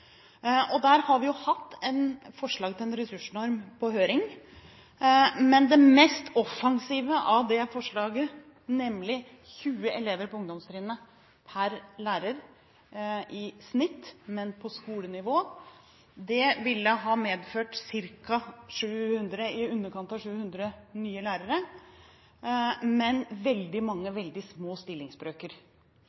bety. Der har vi hatt forslag til en ressursnorm på høring. Det mest offensive i det forslaget, nemlig 20 elever på ungdomstrinnet per lærer i snitt, men på skolenivå, ville ha medført i underkant av 700 nye lærere, men veldig mange